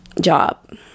job